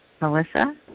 Melissa